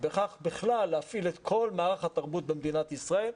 ובכך בכלל להפעיל את כל מערך התרבות במדינת ישראל,